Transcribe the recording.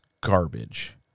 garbage